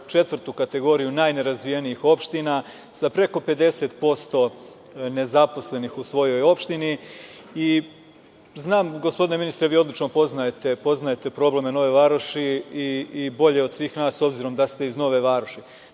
četvrtu kategoriju najnerazvijenijih opština, sa preko 50% nezaposlenih u svojoj opštini. Znam gospodine ministre, vi odlično poznajete probleme Nove Varoši i bolje od svih nas, s obzirom da ste iz Nove Varoši.